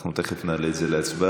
אנחנו תכף נעלה את זה להצבעה.